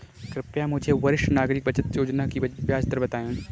कृपया मुझे वरिष्ठ नागरिक बचत योजना की ब्याज दर बताएं